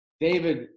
David